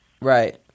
Right